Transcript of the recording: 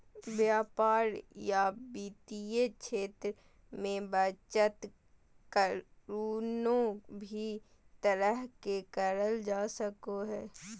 व्यापार या वित्तीय क्षेत्र मे बचत कउनो भी तरह से करल जा सको हय